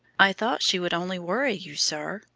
i thought she would only worry you, sir.